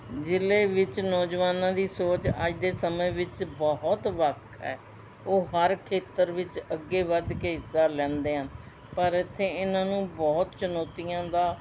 ਜ਼ਿਲ੍ਹੇ ਵਿੱਚ ਨੌਜਵਾਨਾਂ ਦੀ ਸੋਚ ਅੱਜ ਦੇ ਸਮੇਂ ਵਿੱਚ ਬਹੁਤ ਵੱਖ ਹੈ ਉਹ ਹਰ ਖੇਤਰ ਵਿੱਚ ਅੱਗੇ ਵੱਧ ਕੇ ਹਿੱਸਾ ਲੈਂਦੇ ਹਨ ਪਰ ਇੱਥੇ ਇਹਨਾਂ ਨੂੰ ਬਹੁਤ ਚੁਣੌਤੀਆਂ ਦਾ